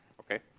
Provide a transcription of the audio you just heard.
okay?